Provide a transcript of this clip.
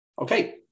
okay